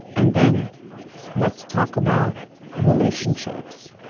and then let's talk about relationships.